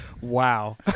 Wow